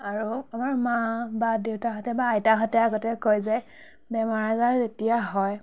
আৰু আমাৰ মা বা দেউতাহঁতে বা আইতাহঁতে আগতে কয় যে বেমাৰ আজাৰ যেতিয়া হয়